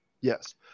Yes